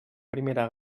primera